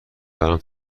برام